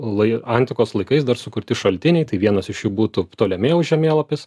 lai antikos laikais dar sukurti šaltiniai tai vienas iš jų būtų ptolemėjaus žemėlapis